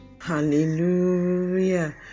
Hallelujah